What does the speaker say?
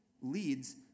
leads